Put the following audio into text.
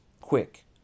quick